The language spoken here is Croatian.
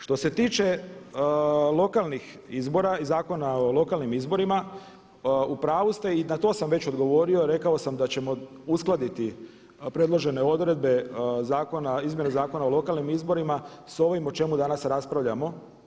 Što se tiče lokalnih izbora i Zakona o lokalnim izborima, upravu ste i na tom sam već odgovorio, rekao sam da ćemo uskladiti predložene odredbe izmjene Zakona o lokalnim izborima s ovim o čemu danas raspravljamo.